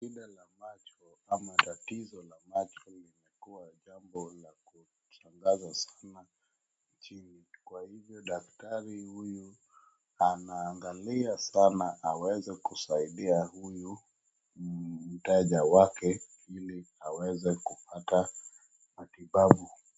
Shida la macho ama tatizo la macho limekuwa jambo la kushangaza sana nchini, kwa hivyo daktari huyu anaangalia sana aweze kusaidia huyu mteja wake ili aweze kupata matibabu.